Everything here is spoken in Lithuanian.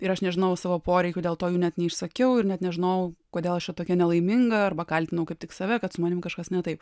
ir aš nežinojau savo poreikių dėl to jų net neišsakiau ir net nežinojau kodėl aš čia tokia nelaiminga arba kaltinau kaip tik save kad su manim kažkas ne taip